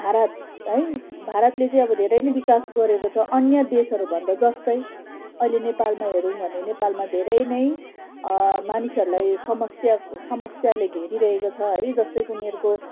भारत है भारतले चाहिँ अब धेरै नै विकास गरेको छ अन्य देशहरूभन्दा जस्तै अहिले नेपालमा हेऱ्यौँ भने नेपालमा धेरै नै मानिसहरूलाई समस्या समस्याले घेरिरहेको छ है जस्तै कि उनीहरूको